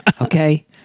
okay